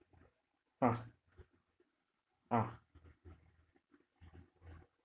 ah ah